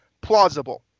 plausible